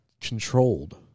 controlled